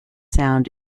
sound